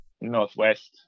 Northwest